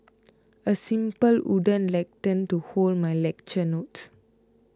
a simple wooden lectern to hold my lecture notes